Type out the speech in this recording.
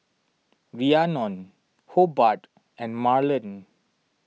Rhiannon Hobart and Marland